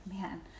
man